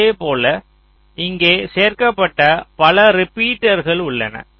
இதேபோல் இங்கே சேர்க்ப்பட்ட பல ரிப்பீட்டர்கள் உள்ளன